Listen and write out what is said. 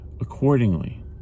accordingly